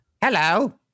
Hello